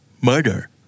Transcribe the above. Murder